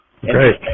great